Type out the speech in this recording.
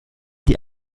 die